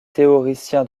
théoriciens